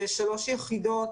בשלוש יחידות